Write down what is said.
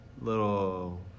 little